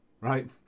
Right